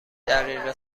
دقیقه